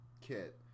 kit